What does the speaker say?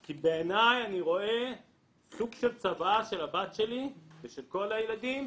כי בעיני אני רואה סוג של צוואה של הבת שלי ושל כל הילדים,